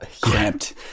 cramped